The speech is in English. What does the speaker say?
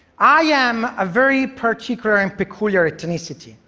i am a very particular and peculiar ethnicity.